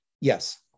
Yes